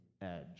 edge